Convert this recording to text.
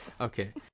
Okay